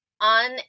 On